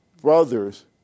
brothers